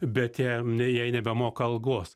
bet jai ne jai nebemoka algos